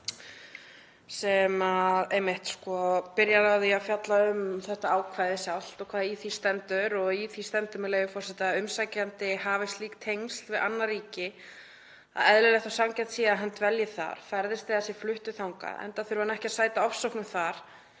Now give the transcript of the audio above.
segja. Hann byrjar á því að fjalla um þetta ákvæði sjálft og það sem í því stendur en þar stendur, með leyfi forseta: „… umsækjandi hafi slík tengsl við annað ríki að eðlilegt og sanngjarnt sé að hann dvelji þar, ferðist eða sé fluttur þangað enda þurfi hann ekki að sæta ofsóknum þar,